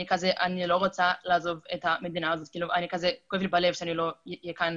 אני לא רוצה לעזוב את המדינה וכואב לי הלב שלא אהיה כאן